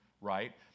right